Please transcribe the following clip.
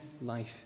life